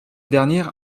dernière